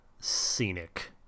scenic